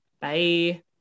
Bye